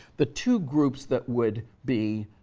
the two groups that would be